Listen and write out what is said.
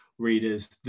readers